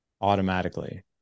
automatically